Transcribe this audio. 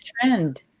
trend